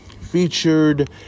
featured